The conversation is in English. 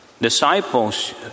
disciples